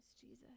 Jesus